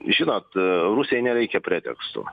žinot rusijai nereikia pretekstų